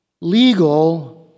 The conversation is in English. legal